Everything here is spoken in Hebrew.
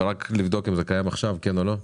אז רק לבדוק אם זה קיים עכשיו, כן או לא?